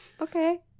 okay